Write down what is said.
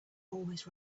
always